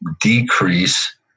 decrease